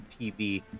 TV